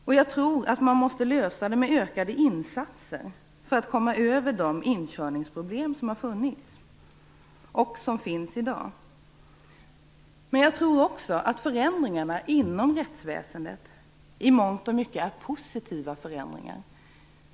Det måste man lösa med ökade insatser för att komma över de inkörningsproblem som har funnits och finns i dag. Jag tror också att förändringarna inom rättsväsendet i mångt och mycket är positiva förändringar.